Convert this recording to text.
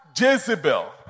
Jezebel